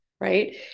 right